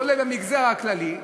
כולל המגזר הכללי,